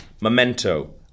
Memento